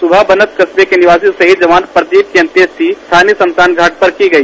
सुबह बनत करबे के निवासी शहीद जवान प्रदीप की अन्येष्टि स्थानीय स्मशान घाट पर की गई